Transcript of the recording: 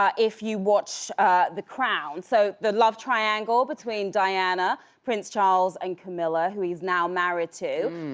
um if you watch the crown. so the love triangle between diana, prince charles and camilla, who he's now married to.